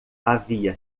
havia